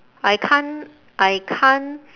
I can't I can't